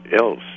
else